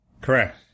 Correct